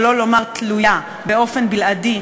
שלא לומר תלויה באופן בלעדי,